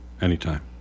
anytime